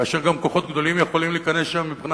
כאשר גם כוחות גדולים יכולים להיכנס שם מבחינה